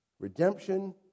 Redemption